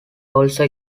also